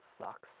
sucks